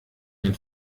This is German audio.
ein